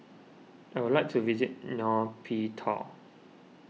I would like to visit Nay Pyi Taw